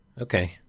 Okay